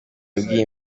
yabwiye